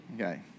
Okay